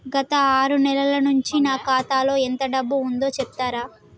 గత ఆరు నెలల నుంచి నా ఖాతా లో ఎంత డబ్బు ఉందో చెప్తరా?